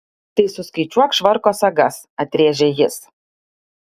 tai suskaičiuok švarko sagas atrėžė jis